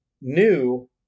new